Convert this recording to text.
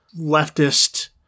leftist